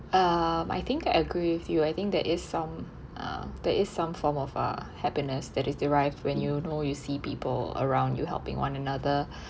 um I think I agree with you I think that is some uh there is some form of uh happiness that is derived when you know you see people around you helping one another